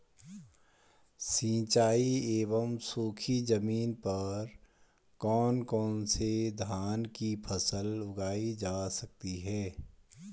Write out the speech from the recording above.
सिंचाई एवं सूखी जमीन पर कौन कौन से धान की फसल उगाई जा सकती है?